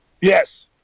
yes